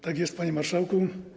Tak jest, panie marszałku.